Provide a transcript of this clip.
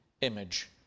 image